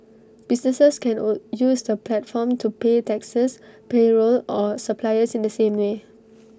businesses can all use the platform to pay taxes payroll or suppliers in the same way